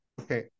Okay